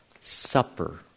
Supper